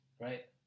right